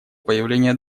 появления